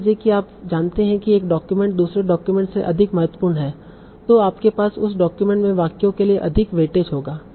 मान लीजिए कि आप जानते हैं कि एक डॉक्यूमेंट दूसरे डॉक्यूमेंट से अधिक महत्वपूर्ण है तो आपके पास उस डॉक्यूमेंट में वाक्यों के लिए अधिक वेटेज होगा